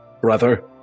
brother